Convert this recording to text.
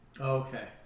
Okay